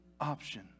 option